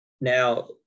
Now